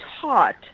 taught